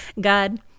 God